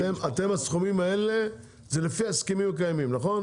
אתם הסכומים האלה זה לפי ההסכמים הקיימים נכון?